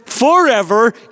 forever